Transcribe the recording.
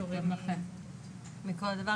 פטורים מכל דבר,